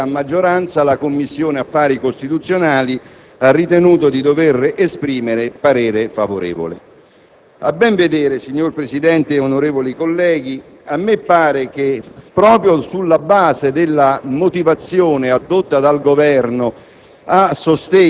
Ciononostante, a maggioranza, la Commissione affari costituzionali ha ritenuto di dover esprimere parere favorevole. A ben vedere, signor Presidente, onorevoli colleghi, proprio sulla base della motivazione addotta dal Governo